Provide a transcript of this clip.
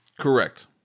Correct